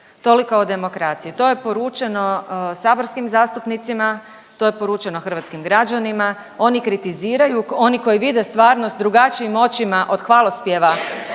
Toliko o demokraciji. To je poručeno saborskim zastupnicima, to je poručeno hrvatskim građanima, oni kritiziraju, oni koji vide stvarnost drukčijim očima od hvalospjeva